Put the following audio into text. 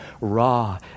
raw